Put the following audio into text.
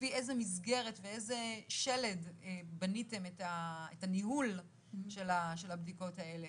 לפי איזה מסגרת ואיזה שלד בניתם את הניהול של הבדיקות האלה.